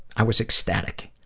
i was ecstatic.